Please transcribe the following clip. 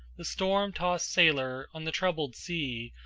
the storm-tossed sailor on the troubled sea,